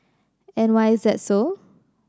and why is that so